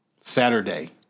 Saturday